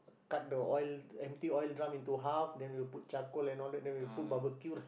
cut the oil empty oil drum into half then we'll put charcoal and all that then we put barbecue lah